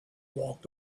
walked